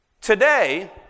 Today